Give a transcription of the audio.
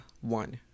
one